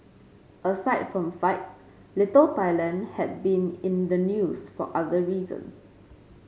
aside from fights Little Thailand had been in the news for other reasons